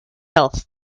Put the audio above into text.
health